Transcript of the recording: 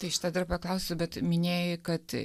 tai šita dar paklausiu bet minėjai kad